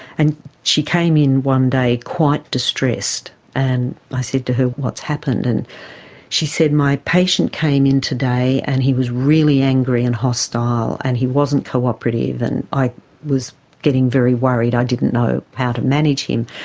and she came in one day quite distressed, and i said to her, what's happened? and she said, my patient came in today and he was really angry and hostile and he wasn't cooperative, and i was getting very worried, i didn't know how to manage him.